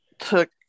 took